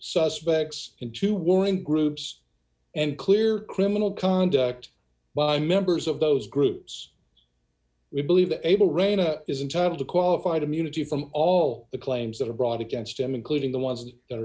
suspects into warring groups and clear criminal conduct by members of those groups we believe the able reyna is in time to qualified immunity from all the claims that are brought against him including the ones that are